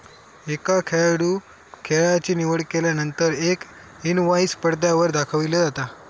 एका खेळाडूं खेळाची निवड केल्यानंतर एक इनवाईस पडद्यावर दाखविला जाता